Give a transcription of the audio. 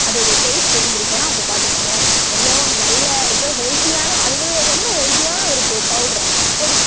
அதோடய டேஸ்ட் இருந்திருக்குனா அப்போ பார்த்துக்கோங்களேன் எவ்வளோ நல்ல எவ்வளோ ஹெல்தியான அதுவும் ரொம்ப ஹெல்தியான ஒரு பொ பவுட்ரு பொடி